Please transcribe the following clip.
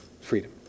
freedom